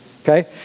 Okay